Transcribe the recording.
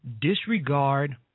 disregard